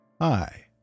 Hi